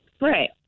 Right